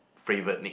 favourite nick